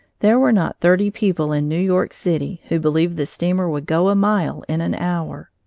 there were not thirty people in new york city who believed the steamer would go a mile in an hour.